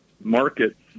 markets